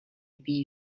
bee